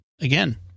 again